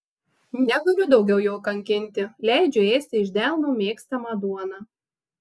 negaliu daugiau jo kankinti leidžiu ėsti iš delno mėgstamą duoną